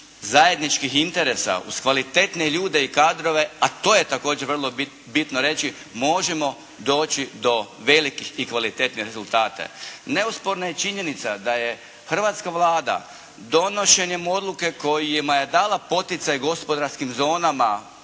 zajedničkih interesa uz kvalitetne ljude i kadrove, a to je također vrlo bitno reći možemo doći do velikih i kvalitetnih rezultata. Neosporna je činjenica da je hrvatska Vlada donošenjem odluke kojima je dala poticaj gospodarskim zonama